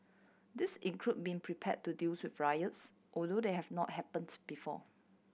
these include being prepared to deals with riots although they have not happened before